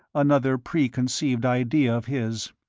another preconceived idea of his.